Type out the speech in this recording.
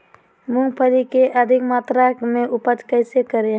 मूंगफली के अधिक मात्रा मे उपज कैसे करें?